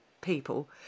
people